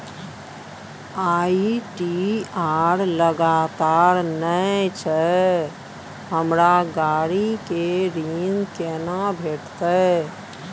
ITR लगातार नय छै हमरा गाड़ी के ऋण केना भेटतै?